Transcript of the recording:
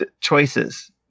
choices